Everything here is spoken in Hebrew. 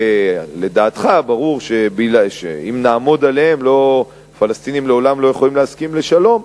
שלדעתך ברור שאם נעמוד עליהם הפלסטינים לעולם לא יכולים להסכים לשלום.